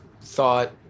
thought